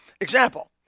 Example